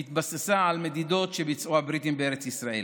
והתבססה על מדידות שביצעו הבריטים בארץ ישראל.